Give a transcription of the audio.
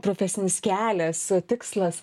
profesinis kelias tikslas